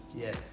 Yes